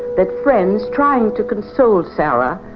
that friends, trying to console sarah,